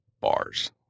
bars